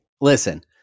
Listen